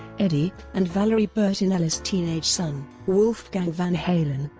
eddie, and valerie bertinelli's teenage son, wolfgang van halen.